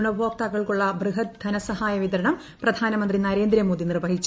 ഗുണഭോക്താക്കൾക്കുള്ള ബൃഹത് ധനസഹായ വിതരണം പ്രധാനമന്ത്രി നരേന്ദ്രമോദി നിർവ്വഹിച്ചു